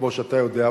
כמו שאתה יודע,